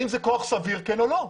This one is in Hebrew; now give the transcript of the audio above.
האם זה כוח סביר, כן או לא?